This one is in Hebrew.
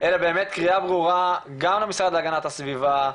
אלא באמת קריאה ברורה גם למשרד להגנת הסביבה,